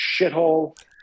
shithole